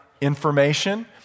information